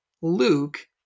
Luke